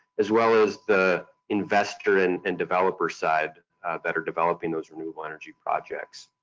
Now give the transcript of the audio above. as well as the investor and and developer side that are developing those renewable energy projects.